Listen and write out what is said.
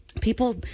people